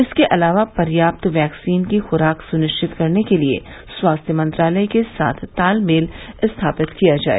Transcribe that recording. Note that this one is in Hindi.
इसके अलावा पर्याप्त वैक्सीन की खुराक सुनिश्चित करने के लिए स्वास्थ्य मंत्रालय के साथ तालमेल स्थापित किया जाए